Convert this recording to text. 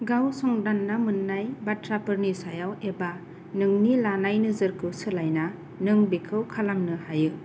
गाव संदांना मोन्नाय बाथ्राफोरनि सायाव एबा नोंनि लानाय नोजोरखौ सोलायना नों बेखौ खालामनो हायो